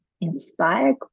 inspire